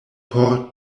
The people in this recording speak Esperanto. por